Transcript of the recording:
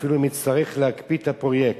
אפילו אם אצטרך להקפיא את הפרויקט.